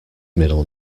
middle